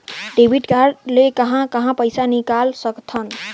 Debit card ले कहां कहां पइसा निकाल सकथन?